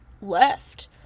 left